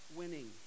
winning